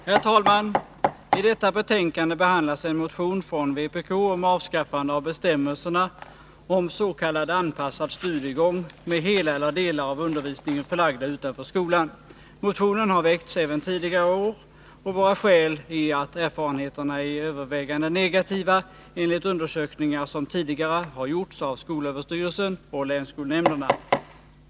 Herr talman! I detta betänkande behandlas en motion från vpk om avskaffande av bestämmelserna om s.k. anpassad studiegång med hela eller delar av undervisningen förlagda utanför skolan. Motionen har väckts även tidigare år, och våra skäl är att erfarenheterna är övervägande negativa enligt undersökningar som tidigare har gjorts av skolöverstyrelsen och länsskolnämnderna.